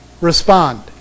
respond